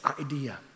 idea